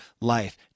life